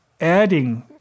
adding